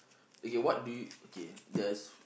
okay what do you okay there's